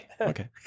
Okay